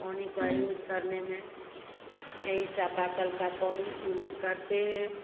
पानी का यूज़ करने में यही चापाकल का पानी यूज़ करते हैं